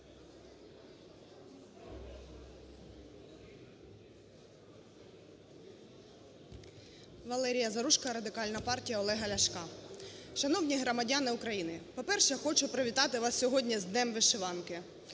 ВалеріяЗаружко, Радикальна партія Олега Ляшка. Шановні громадяни України! По-перше, хочу привітати вас сьогодні з Днем вишиванки.